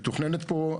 מתוכננת פה,